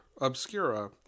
Obscura